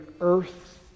earth